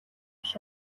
биш